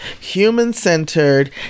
human-centered